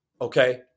okay